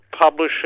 publishing